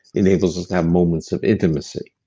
enables us to have moments of intimacy.